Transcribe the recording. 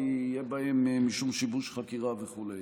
כי יהיה בהם משום שיבוש חקירה וכו'.